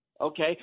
Okay